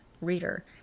reader